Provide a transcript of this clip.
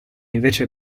invece